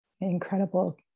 incredible